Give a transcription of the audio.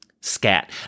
scat